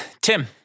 tim